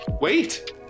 wait